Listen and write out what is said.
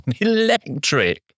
electric